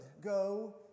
Go